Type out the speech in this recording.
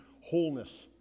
wholeness